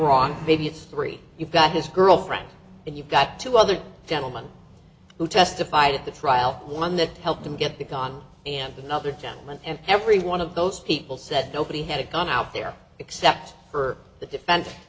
wrong maybe three you've got his girlfriend and you've got two other gentlemen who testified at the trial one that helped him get the gun and the other gentleman and every one of those people said nobody had a gun out there except for the defense